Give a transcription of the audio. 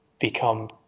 become